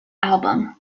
album